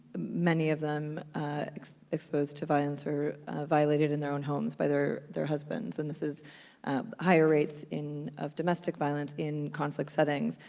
many of them exposed to violence, or violated in their own homes by their their husbands, and this is higher rates of domestic violence in conflict settings.